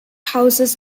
houses